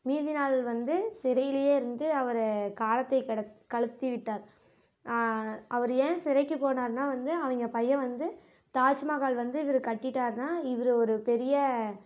மீதி நாள் வந்து சிறைலயே இருந்து அவர் காலத்தை கடத் கழித்து விட்டார் அவர் ஏன் சிறைக்கு போனாருன்னா வந்து அவங்க பையன் வந்து தாஜ்மஹால் வந்து இவர் கட்டிட்டாருன்னா இவரை ஒரு பெரிய